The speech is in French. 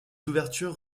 ouvertures